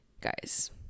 Guys